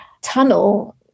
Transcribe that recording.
tunnel